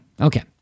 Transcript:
Okay